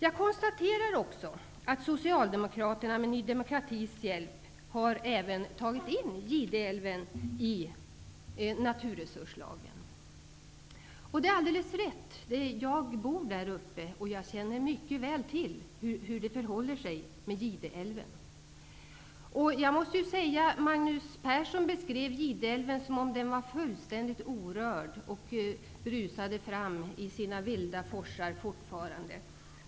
Jag konstaterar också att Socialdemokraterna med Ny demokratis hjälp även har tagit in Gideälven i naturresurslagen. Det är alldeles riktigt att jag bor där uppe. Jag känner mycket väl till hur det förhåller sig med Gideälven. Magnus Persson beskrev Gideälven som om den var fullständigt orörd och fortfarande brusade fram i sina vilda forsar.